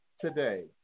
today